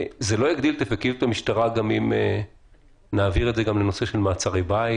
זה לא יגדיל את אפקטיביות המשטרה גם אם נעביר את זה לנושא של מעצרי בית